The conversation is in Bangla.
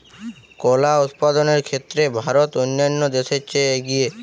কলা উৎপাদনের ক্ষেত্রে ভারত অন্যান্য দেশের চেয়ে এগিয়ে